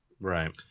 Right